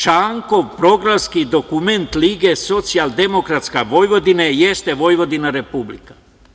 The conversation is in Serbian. Čankov programski dokument Lige socijaldemokratske Vojvodine jeste – Vojvodina republika.